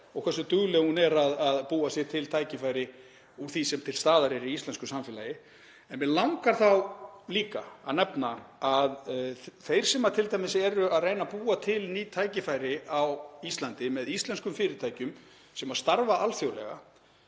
og hversu dugleg hún er að búa sér til tækifæri úr því sem til staðar er í íslensku samfélagi. En mig langar þá líka að nefna að þeir sem t.d. eru að reyna að búa til ný tækifæri á Íslandi með íslenskum fyrirtækjum sem starfa alþjóðlega